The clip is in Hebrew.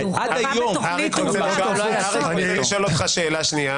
אני לא אוכל ככה.